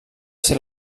ser